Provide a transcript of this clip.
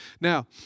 Now